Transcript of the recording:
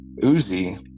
Uzi